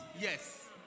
Yes